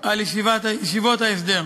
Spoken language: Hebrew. על ישיבות ההסדר.